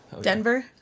denver